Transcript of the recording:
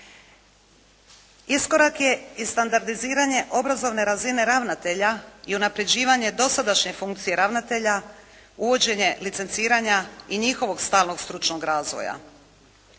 Iskorak je i standardiziranje obrazovne razine ravnatelja i unapređivanje dosadašnje funkcije ravnatelja, uvođenje licenciranja i njihovog stalnog stručnog razvoja.